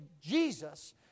Jesus